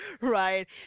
right